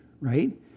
right